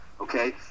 okay